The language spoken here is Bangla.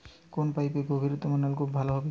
কোন পাইপে গভিরনলকুপ ভালো হবে?